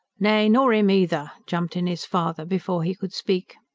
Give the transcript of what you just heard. nay, nor im eether, jumped in his father, before he could speak.